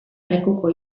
lekuko